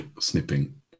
snipping